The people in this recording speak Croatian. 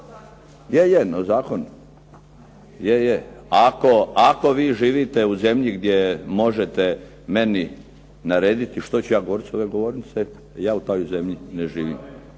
Je, je na zakonu. Ako vi živite u zemlji gdje možete meni narediti što ću ja govoriti s ove govornice, ja u toj zemlji ne živim.